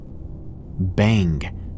Bang